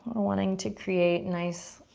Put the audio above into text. wanting to create nice,